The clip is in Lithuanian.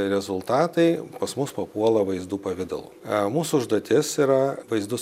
rezultatai pas mus papuola vaizdų pavidalu mūsų užduotis yra vaizdus